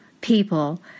people